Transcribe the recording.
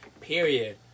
period